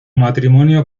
matrimonio